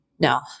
No